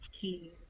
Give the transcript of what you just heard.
Key